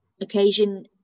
occasion